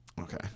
Okay